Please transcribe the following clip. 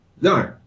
no